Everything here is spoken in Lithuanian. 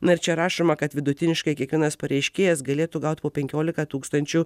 na ir čia rašoma kad vidutiniškai kiekvienas pareiškėjas galėtų gaut po penkiolika tūkstančių